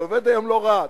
זה עובד היום לא רע,